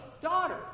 daughter